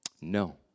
No